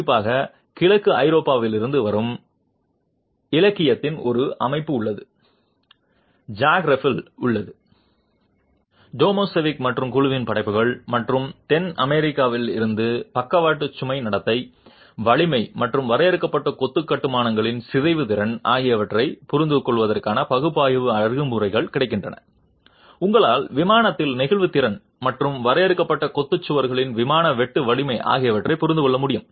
குறிப்பாக கிழக்கு ஐரோப்பாவிலிருந்து வரும் இலக்கியத்தின் ஒரு அமைப்பு உள்ளது ஜாக்ரெப்பில் உள்ள டோமாசெவிக் மற்றும் குழுவின் படைப்புகள் மற்றும் தென் அமெரிக்காவிலிருந்து பக்கவாட்டு சுமை நடத்தை வலிமை மற்றும் வரையறுக்கப்பட்ட கொத்து கட்டுமானங்களின் சிதைவு திறன் ஆகியவற்றைப் புரிந்துகொள்வதற்கான பகுப்பாய்வு அணுகுமுறைகளில் கிடைக்கின்றன உங்களால் விமானத்தில் நெகிழ்வு திறன் மற்றும் வரையறுக்கப்பட்ட கொத்து கட்டுமானங்களின் விமான வெட்டு வலிமை ஆகியவற்றைப் புரிந்துகொள்ள முடியும்